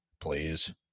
please